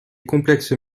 complexes